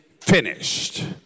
finished